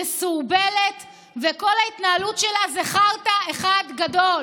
מסורבלת וכל ההתנהלות שלה זה חרטא אחד גדול.